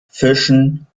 fischen